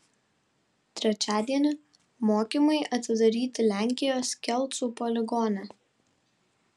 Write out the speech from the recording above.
trečiadienį mokymai atidaryti lenkijos kelcų poligone